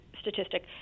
statistic